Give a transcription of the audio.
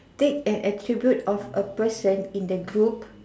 take an attribute of a person in the group